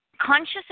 Conscious